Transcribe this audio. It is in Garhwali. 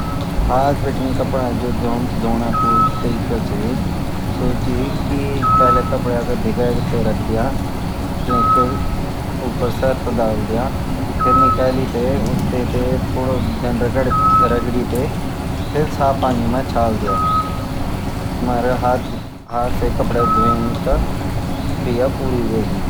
हाथ बीतीं जो कपडा धोने का जो तरीका ची सु ची की पहेलेकपड़ा ते भीगे कई रख दीया तेके उप्पर सर्फ़ दाल दियां फिर निकलीते तेते थोड़ा जन रगड़ीते फिर साफ पानी मा छाल दियां तुम्हारा हाथ साई कपडे धों की क्रिया पूरी हुयेगी